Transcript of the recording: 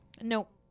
nope